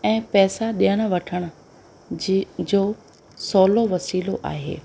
ऐं पैसा ॾियणु वठण जी जो सहुलो वसीलो आहे